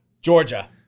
Georgia